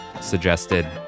suggested